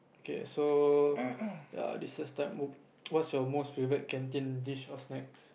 K so ya recess time what's your most favourite canteen dish or snacks